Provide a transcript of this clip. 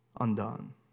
undone